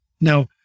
Now